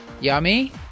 Yummy